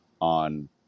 on